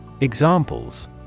Examples